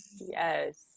yes